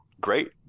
great